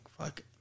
fuck